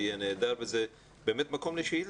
זה יהיה נהדר וזה באמת מקום לשאילתה.